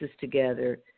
together